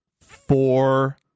four